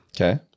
Okay